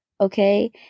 Okay